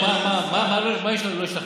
במה לא השתכנעת?